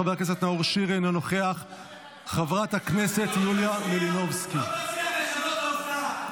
חברת הכנסת נעמה לזימי,